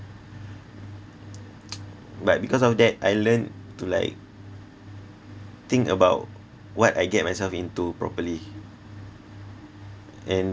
but because of that I learned to like think about what I get myself into properly and